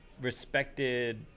respected